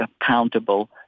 accountable